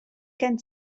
gen